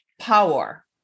power